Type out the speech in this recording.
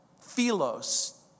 philos